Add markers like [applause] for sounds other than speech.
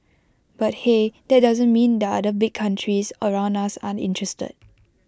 but hey that doesn't mean [unintelligible] other big countries around us aren't interested